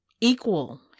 equal